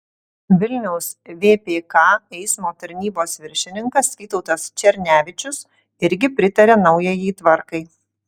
vilniaus vpk eismo tarnybos viršininkas vytautas černevičius irgi pritaria naujajai tvarkai